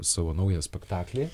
savo naują spektaklį